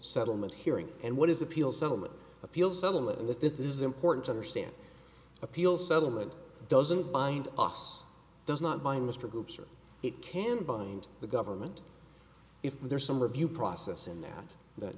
settlement hearing and what his appeal settlement appeal settlement and this is important to understand appeal settlement doesn't bind us does not bind mr groups or it can bind the government if there's some review process in that